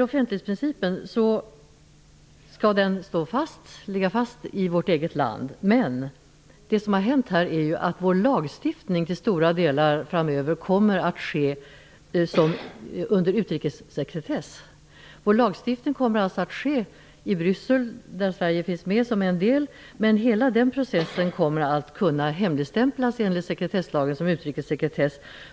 Offentlighetsprincipen skall ligga fast i vårt eget land, men framöver kommer vår lagstiftning till stora delar att ske under utrikessekretess. Lagstiftningen kommer alltså att ske i Bryssel, där Sverige finns med. Hela den processen kommer att kunna hemligstämplas enligt sekretesslagen. Såvitt